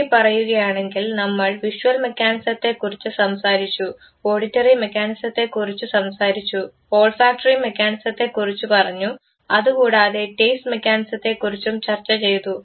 ചുരുക്കി പറയുകയാണെങ്കിൽ നമ്മൾ വിഷ്വൽ മെക്കാനിസസത്തെക്കുറിച്ചു സംസാരിച്ചു ഓഡിറ്ററി മെക്കാനിസത്തെക്കുറിച്ചു സംസാരിച്ചു ഓൾഫാക്ടറി മെക്കാനിസത്തെക്കുറിച്ചു പറഞ്ഞു അതുകൂടാതെ ടേസ്റ്റ് മെക്കാനിസത്തെക്കുറിച്ചും ചർച്ചചെയ്തു